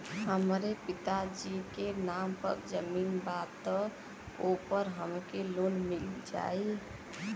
हमरे पिता जी के नाम पर जमीन बा त ओपर हमके लोन मिल जाई?